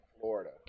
Florida